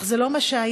אך זה לא מה שהיה,